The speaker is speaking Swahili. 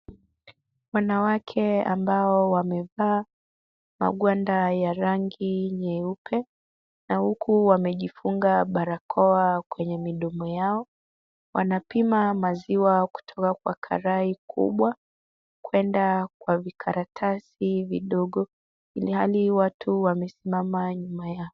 Wanawake ambao wamevaa magwanda ya rangi nyeupe na huku wamejifunga barakoa kwenye midomo yao. Wanapima maziwa kutoka kwa karai kubwa, kuenda kwa vikaratasi vidogo, ilhali watu wamesimama nyuma yao.